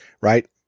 Right